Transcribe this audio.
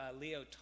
Leo